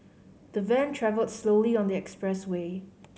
the van travelled slowly on the expressway